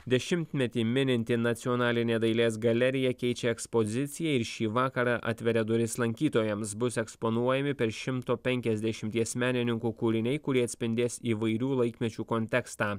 dešimtmetį mininti nacionalinė dailės galerija keičia ekspoziciją ir šį vakarą atveria duris lankytojams bus eksponuojami per šimto penkiasdešimties menininkų kūriniai kurie atspindės įvairių laikmečių kontekstą